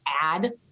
add